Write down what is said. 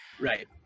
Right